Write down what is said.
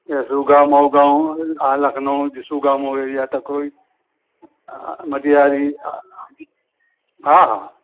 छुगामऊ गांव आहे लखनऊ जिसुगा मोईया तकोई मजीआरी हा हा